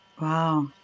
Wow